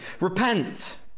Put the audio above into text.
Repent